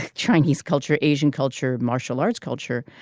chinese culture asian culture. martial arts culture.